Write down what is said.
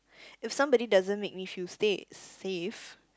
if somebody doesn't make me feel stay safe